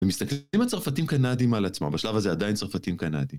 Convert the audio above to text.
ומסתכלים הצרפתים קנדים על עצמו, בשלב הזה עדיין צרפתים קנדים.